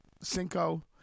Cinco